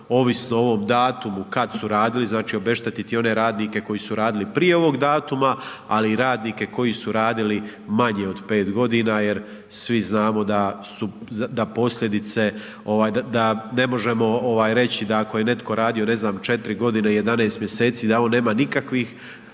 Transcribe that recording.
ovisno o ovom datumu kad su radili, znači obeštetiti ome radnike koji su radili prije ovog datuma ali i radnike koji su radili manje od 5 g. jer svi znamo da ne možemo reći da ako je netko radio ne znam, 4 g. i 11 mj., da on nema nikakvih